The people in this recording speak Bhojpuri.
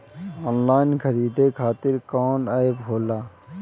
आनलाइन खरीदे खातीर कौन एप होला?